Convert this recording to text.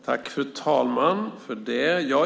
Fru talman!